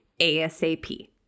ASAP